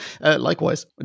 Likewise